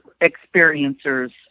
experiencers